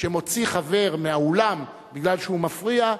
שמוציא חבר מהאולם בגלל שהוא מפריע,